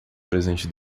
presente